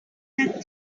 that